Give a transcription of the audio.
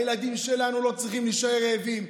הילדים שלנו לא צריכים להישאר רעבים,